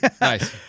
Nice